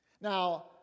Now